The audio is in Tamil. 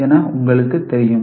என உங்களுக்குத் தெரியும்